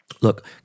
look